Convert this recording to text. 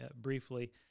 briefly